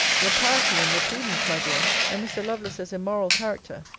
your piety, and your prudence, my dear, and mr. lovelace's immoral character,